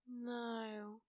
No